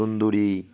tandoori